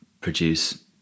produce